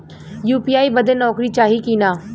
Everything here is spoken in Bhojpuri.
यू.पी.आई बदे नौकरी चाही की ना?